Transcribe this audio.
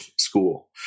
school